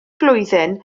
flwyddyn